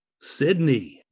Sydney